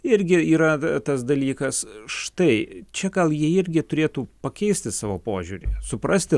irgi yra tas dalykas štai čia gal jie irgi turėtų pakeisti savo požiūrį suprasti